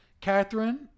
Catherine